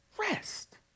rest